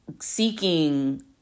seeking